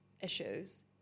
issues